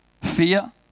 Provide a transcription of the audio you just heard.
Fear